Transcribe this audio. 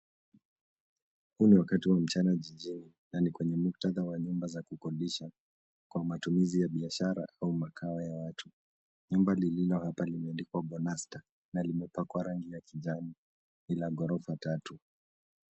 Huu ni wakati wa mchana jijini na ni kwenye muktadha wa nyumba za kukodisha kwa matumizi ya biashara au makao ya watu. Nyumba lililo hapa liimeandikwa Bonasta na limepakwa rangi ya kijani kila ghorofa tatu.